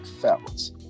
felt